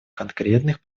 конкретных